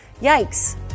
yikes